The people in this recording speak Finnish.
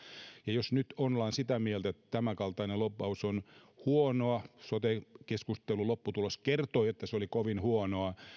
ja jos nyt ollaan sitä mieltä että tämänkaltainen lobbaus on huonoa sote keskustelun lopputulos kertoi että se oli kovin huonoa